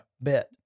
bet